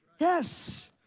Yes